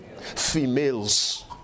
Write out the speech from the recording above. females